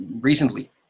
recently